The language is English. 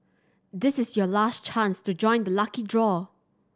this is your last chance to join the lucky draw